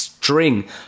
String